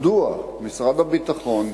מדוע משרד הביטחון,